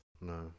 no